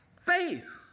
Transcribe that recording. Faith